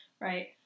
right